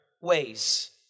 ways